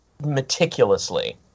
meticulously